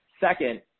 Second